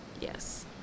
Yes